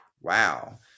wow